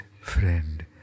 friend